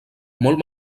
molt